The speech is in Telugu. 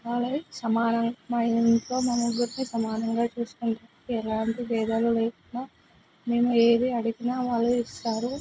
వాళ్ళని సమానంగా మా ఇంట్లో మా ముగ్గురిని సమానంగా చూసుకుంటారు ఎలాంటి భేదాలు లేకుండా మేము ఏది అడిగినా వాళ్ళు ఇస్తారు